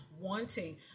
wanting